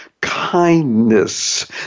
kindness